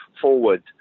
forward